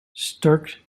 stark